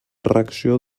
reacció